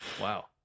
Wow